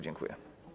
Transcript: Dziękuję.